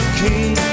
king